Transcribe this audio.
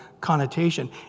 connotation